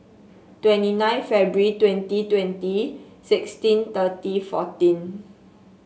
twenty nine February twenty twenty sixteen thirty fourteen